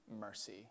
mercy